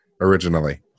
originally